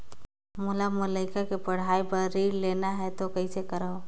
मोला मोर लइका के पढ़ाई बर ऋण लेना है तो कौन करव?